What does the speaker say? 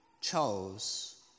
chose